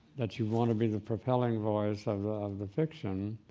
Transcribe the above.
that you want to be the propelling voice of the fiction,